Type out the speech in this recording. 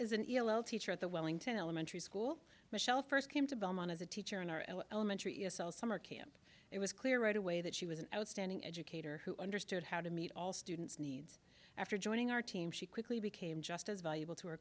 l teacher at the wellington elementary school michelle first came to belmont as a teacher in our elementary e s l summer camp it was clear right away that she was an outstanding educator who understood how to meet all students needs after joining our team she quickly became just as valuable to